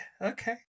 okay